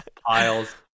Piles